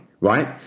right